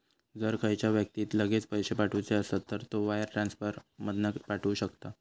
जर खयच्या व्यक्तिक लगेच पैशे पाठवुचे असत तर तो वायर ट्रांसफर मधना पाठवु शकता